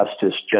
Justice